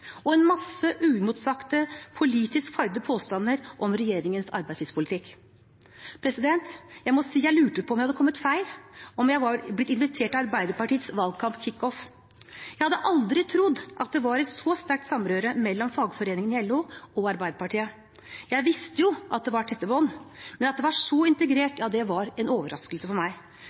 og en masse uimotsagte politisk fargede påstander om regjeringens arbeidslivspolitikk. Jeg må si jeg lurte på om jeg hadde kommet feil, om jeg var blitt invitert til Arbeiderpartiets valgkamp-kick-off. Jeg hadde aldri trodd at det var et så sterkt samrøre mellom fagforeningene i LO og Arbeiderpartiet. Jeg visste jo at det var tette bånd, men at det var så integrert, var en overraskelse for meg.